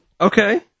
Okay